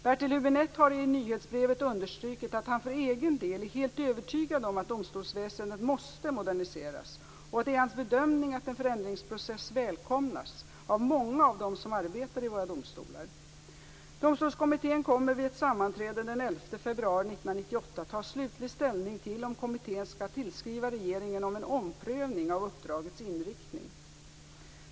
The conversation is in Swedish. Bertil Hübinette har i nyhetsbrevet understrukit att han för egen del är helt övertygad om att domstolsväsendet måste moderniseras och att det är hans bedömning att en förändringsprocess välkomnas av många av dem som arbetar vid våra domstolar. Domstolskommittén kommer vid ett sammanträde den 11 februari 1998 att ta slutlig ställning till om kommittén skall tillskriva regeringen om en omprövning av uppdragets inriktning.